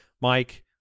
Mike